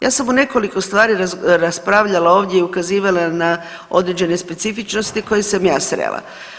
Ja sam u nekoliko stvari raspravljala ovdje i ukazivala na određene specifičnosti koje sam ja srela.